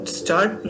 start